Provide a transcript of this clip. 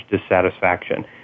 dissatisfaction